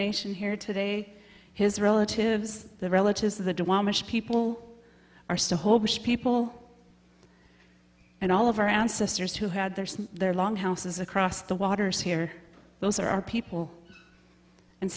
nation here today his relatives the relatives of the dead people are still hold people and all of our ancestors who had theirs their long houses across the waters here those are our people and